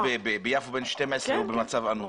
ביפו בן 12 במצב אנוש.